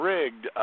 Rigged